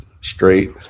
straight